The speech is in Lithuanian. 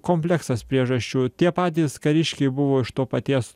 kompleksas priežasčių tie patys kariškiai buvo iš to paties